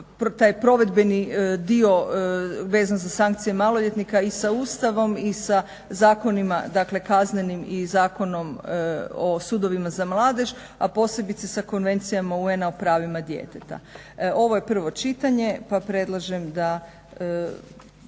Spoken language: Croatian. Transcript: taj provedbeni dio vezan za sankcije maloljetnika i sa Ustavom i sa zakonima, dakle Kaznenim i Zakonom o sudovima za mladež, a posebice sa Konvencijama UN-a o pravima djeteta. Ovo je prvo čitanje, pa predlažem da